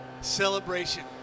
celebration